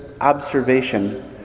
observation